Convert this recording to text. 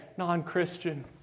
non-Christian